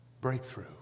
Breakthrough